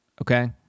okay